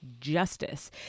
justice